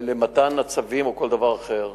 למתן הצווים או כל דבר אחר.